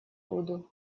буду